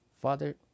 father